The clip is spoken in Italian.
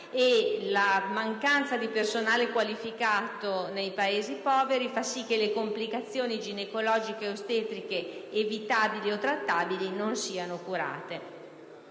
la mancanza di personale qualificato nei Paesi poveri fa sì che le complicazioni ginecologiche e ostetriche evitabili o trattabili non siano curate.